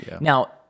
Now